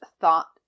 thought